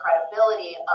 credibility